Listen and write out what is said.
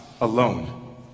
alone